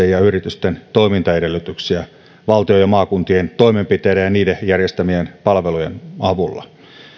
ja työllistymistä ja yritysten toimintaedellytyksiä valtion ja maakuntien toimenpiteiden ja niiden järjestämien palvelujen avulla